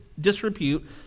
disrepute